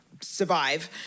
survive